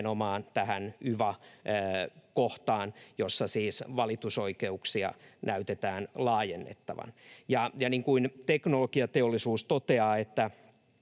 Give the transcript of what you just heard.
tähän yva-kohtaan, jossa siis valitusoikeuksia näytetään laajennettavan. Niin kuin Teknologiateollisuus toteaa: